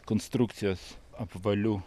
konstrukcijos apvalių